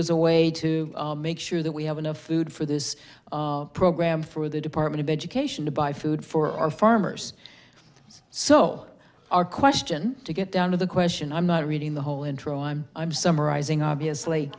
as a way to make sure that we have enough food for this program for the department of education to buy food for our farmers so our question to get down to the question i'm not reading the whole intro i'm i'm